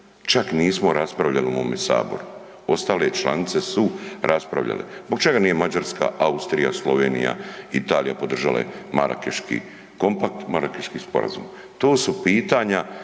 čak nismo raspravljali u ovome saboru, ostale članice su raspravljale. Zbog čega nije Mađarska, Austrija, Slovenija, Italija, podržale Marakeški komapkt, Marakeški sporazum? To su pitanja,